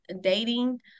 dating